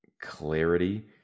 clarity